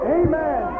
amen